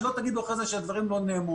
שלא תגידו אחרי כן שהדברים האלה לא נאמרו.